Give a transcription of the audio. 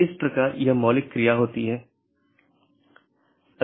तो AS के भीतर BGP का उपयोग स्थानीय IGP मार्गों के विज्ञापन के लिए किया जाता है